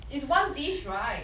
is one dish right